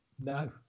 no